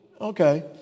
okay